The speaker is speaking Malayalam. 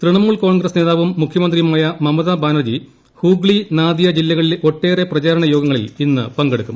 തൃണമൂർ കോൺഗ്രസ് നേതാവും മുഖ്യമന്ത്രിയുമായ മമതാ ബാനർജി ഹുഗ്ലി നാദിയ ജില്ലകളില്ലെ ഒട്ടേറെ പ്രചാരണ യോഗങ്ങളിൽ ഇന്ന് പങ്കെടുക്കും